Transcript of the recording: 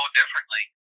differently